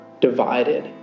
Divided